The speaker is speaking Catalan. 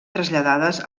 traslladades